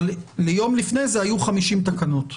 יום לפני זה היו 50 מקומות.